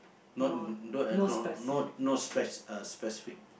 not don't eh don't no no spec~ no uh specific